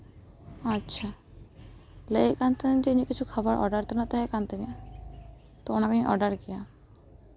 ᱟᱪᱪᱷᱟ ᱞᱟᱹᱭᱮᱫ ᱛᱟᱦᱮᱸ ᱠᱟᱹᱱᱟᱹᱧ ᱡᱮ ᱤᱧᱟᱹᱜ ᱠᱤᱪᱷᱩ ᱡᱚᱢᱟᱜ ᱚᱰᱟᱨ ᱛᱮᱱᱟᱜ ᱛᱟᱦᱮᱸ ᱠᱟᱱ ᱛᱤᱧᱟᱹ ᱛᱚ ᱚᱱᱟᱜᱤᱧ ᱚᱰᱟᱨ ᱠᱮᱭᱟ